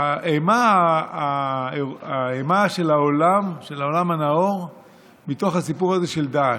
האימה של העולם הנאור מתוך הסיפור הזה של דאעש.